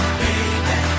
baby